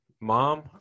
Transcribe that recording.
mom